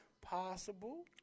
Possible